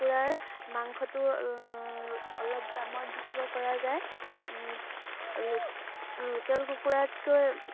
কুকুৰাৰ মাংসটো অলপ দামত বিকিব পৰা যায় লোকেল কুকুৰাককৈ